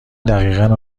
دقیقا